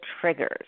triggers